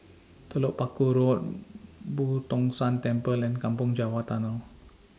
Telok Paku Road Boo Tong San Temple and Kampong Java Tunnel